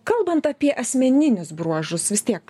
kalbant apie asmeninius bruožus vis tiek